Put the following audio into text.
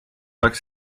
oleks